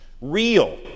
real